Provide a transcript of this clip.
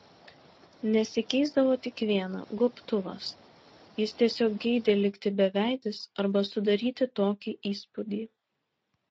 nesikeisdavo tik viena gobtuvas jis tiesiog geidė likti beveidis arba sudaryti tokį įspūdį